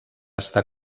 estar